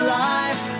life